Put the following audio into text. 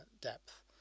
depth